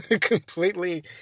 completely